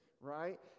right